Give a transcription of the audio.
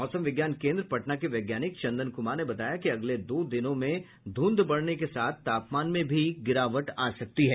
मौसम विज्ञान केन्द्र पटना के वैज्ञानिक चंदन कुमार ने बताया कि अगले दो दिनों में ध्रंध बढ़ने के साथ तापमान में भी गिरावट आ सकती है